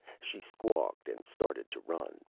she squawked and started to run,